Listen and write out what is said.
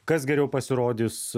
kas geriau pasirodys